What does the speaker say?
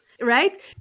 right